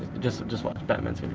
just just watch. batman's